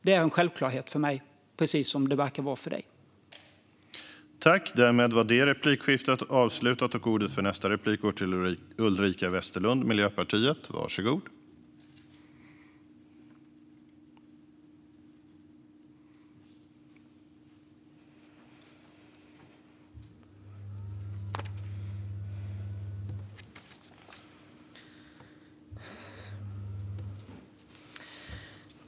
Det är en självklarhet för mig, precis som det verkar vara för dig, Martina Johansson.